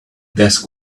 desk